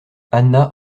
anna